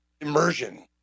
immersion